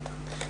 תודה.